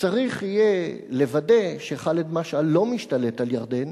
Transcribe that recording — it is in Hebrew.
צריך יהיה לוודא שח'אלד משעל לא משתלט על ירדן,